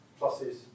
pluses